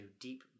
deep